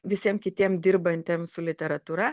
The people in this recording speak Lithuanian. visiem kitiem dirbantiem su literatūra